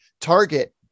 target